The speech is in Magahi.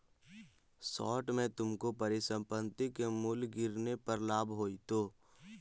शॉर्ट में तुमको परिसंपत्ति के मूल्य गिरन पर लाभ होईतो